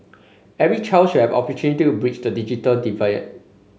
every child should have opportunity to bridge the digital divide